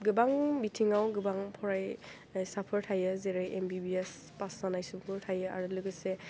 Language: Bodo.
गोबां बिथिङाव गोबां फरायसाफोर थायो जेरै M B B S pass जानाय सुबुंफोर थायो आरो लोगोसे